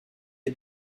les